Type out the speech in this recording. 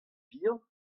vihan